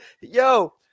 yo